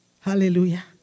Hallelujah